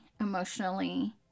emotionally